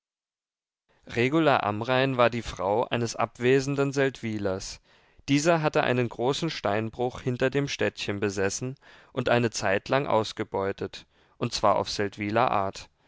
regula amrain war die frau eines abwesenden seldwylers dieser hatte einen großen steinbruch hinter dem städtchen besessen und eine zeitlang ausgebeutet und zwar auf seldwyler art